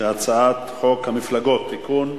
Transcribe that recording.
המפלגות (תיקון,